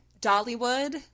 Dollywood